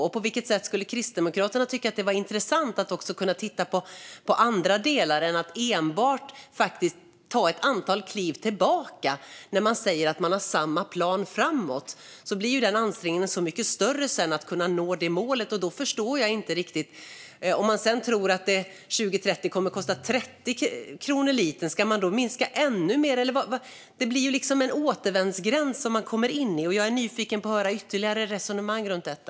Skulle det vara intressant för Kristdemokraterna att titta också på andra delar än att enbart faktiskt ta ett antal kliv tillbaka? När ni säger att ni har samma mål framåt kommer ansträngningen sedan att bli mycket större för att kunna nå målet. Jag förstår det inte riktigt. Om ni tror att det 2030 kommer att kosta 30 kronor per liter, ska ni då minska ännu mer? Man kommer in i en återvändsgränd. Jag är nyfiken på att höra ytterligare resonemang om detta.